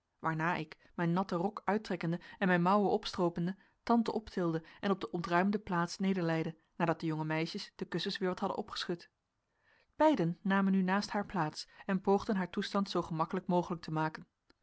waarna ik mijn natten rok uittrekkende en mijn mouwen opstroopende tante optilde en op de ontruimde plaats nederleide nadat de jonge meisjes de kussens weer wat hadden opgeschud beiden namen nu naast haar plaats en poogden haar toestand zoo gemakkelijk mogelijk te maken